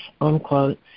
unquote